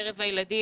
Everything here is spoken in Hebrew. בקרב הילדים,